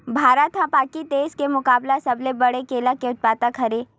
भारत हा बाकि देस के मुकाबला सबले बड़े केला के उत्पादक हरे